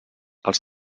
als